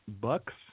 Bucks